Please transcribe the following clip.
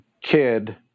kid